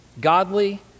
Godly